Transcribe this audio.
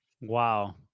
Wow